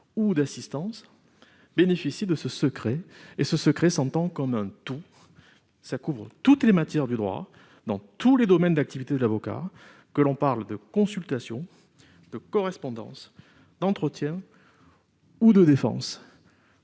ou d'assistance, bénéficie de ce secret. Ce secret s'entend comme un tout : il couvre toutes les matières du droit, dans tous les domaines d'activité de l'avocat, que l'on parle de consultation, de correspondance, d'entretien ou de défense.